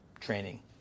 training